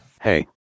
Hey